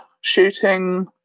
shooting